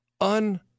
Un